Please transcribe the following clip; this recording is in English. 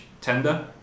tender